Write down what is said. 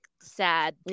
sad